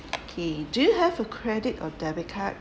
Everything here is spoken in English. okay do you have a credit or debit card